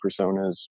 personas